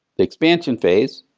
the expansion phase.